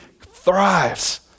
thrives